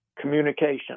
communication